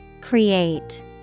Create